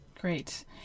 Great